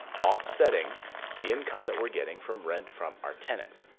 offsetting the income that we're getting from rent from our tenants.